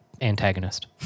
antagonist